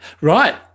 Right